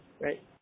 right